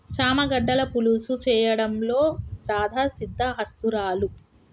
చామ గడ్డల పులుసు చేయడంలో రాధా సిద్దహస్తురాలు